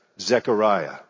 Zechariah